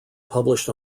published